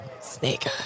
snake